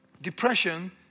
depression